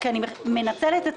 היא כנראה תאשר או לא תאשר את זה,